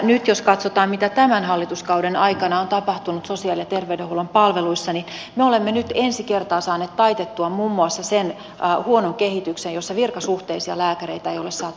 nyt jos katsotaan mitä tämän hallituskauden aikana on tapahtunut sosiaali ja terveydenhuollon palveluissa niin me olemme nyt ensi kertaa saaneet taitettua muun muassa sen huonon kehityksen jossa virkasuhteisia lääkäreitä ei ole saatu terveyskeskuksiin